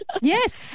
Yes